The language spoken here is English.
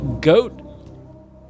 goat